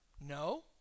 No